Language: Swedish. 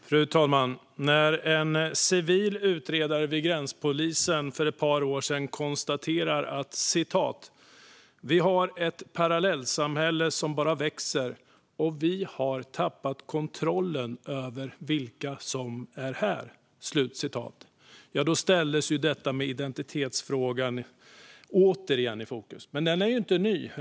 Fru talman! När en civil utredare vid gränspolisen för ett par år sedan konstaterade att "vi har ett parallellsamhälle som bara växer och vi har tappat kontrollen över vilka som är här" hamnade identitetsfrågan återigen i fokus. Men den är inte ny.